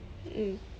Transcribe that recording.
mm